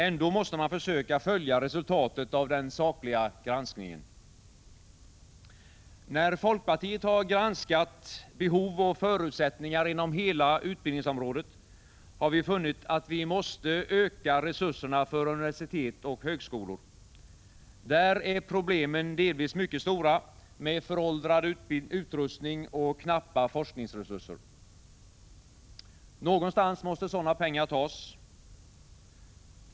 Ändå måste man försöka följa resultatet av den sakliga granskningen. När folkpartiet har granskat behov och förutsättningar inom hela utbildningsområdet, har vi funnit att vi måste öka resurserna för universitet och högskolor. Där är problemen delvis mycket stora med föråldrad utrustning och knappa forskningsresurser. Någonstans måste sådana pengar tas.